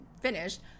finished